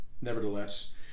nevertheless